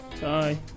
Bye